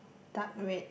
dark red